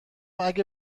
اگه